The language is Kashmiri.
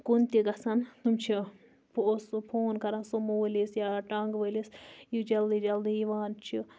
کُن تہِ گَژھن تِم چھِ ہُہ اوس سُہ فون کَران سومو وٲلِس یا ٹانٛگہٕ وٲلِس یہِ جلدی جلدی یِوان چھِ